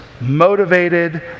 motivated